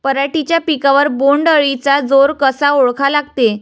पराटीच्या पिकावर बोण्ड अळीचा जोर कसा ओळखा लागते?